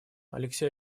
алексей